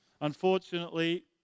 Unfortunately